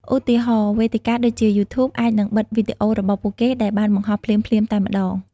ឧទាហរណ៍ វេទិកាដូចជា យូធូប អាចនឹងបិទវីដេអូរបស់ពួកគេ ដែលបានបង្ហោះភ្លាមៗតែម្ដង។